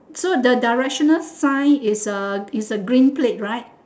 so the directional sign is a is a green plate right